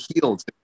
healed